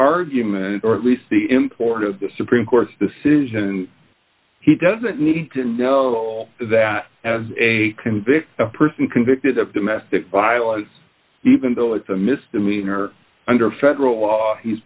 argument or at least the import of the supreme court's decision he doesn't need to know all that have a convict a person convicted of domestic violence even though it's a misdemeanor under federal law he's